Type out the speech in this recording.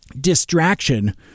distraction